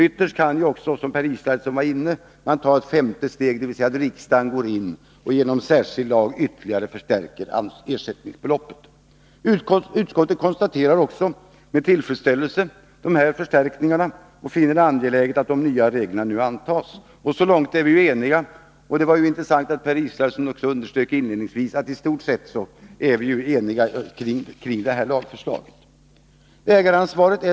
Ytterst kan man, som Per Israelsson var inne på, införa ett femte steg — dvs. att riksdagen går in och genom en särskild lag ytterligare förstärker ersättningsbeloppet. Utskottet konstaterar dessa förstärkningar med tillfredsställelse och finner det angeläget att de nya reglerna nu antas. Så långt är vi ju eniga, och det var intressant att Per Israelsson inledningsvis också underströk att vi i stort sett är eniga kring förslaget.